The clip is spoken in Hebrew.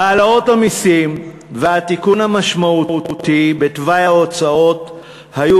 העלאות המסים והתיקון המשמעותי בתוואי ההוצאות היו